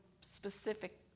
specific